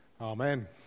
Amen